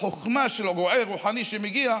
החוכמה של רועה רוחני שמגיע,